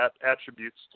attributes